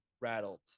rattled